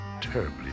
terribly